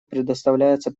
предоставляется